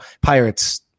Pirates